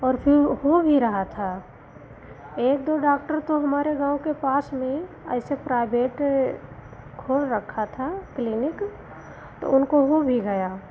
और फिर हो भी रहा था एक दो डाक्टर तो हमारे गाँव के पास में ऐसे प्राइवेट खोल रखा था क्लिनिक तो उनको हो भी गया